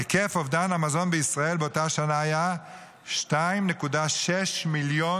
היקף אובדן המזון בישראל באותה שנה היה 2.6 מיליון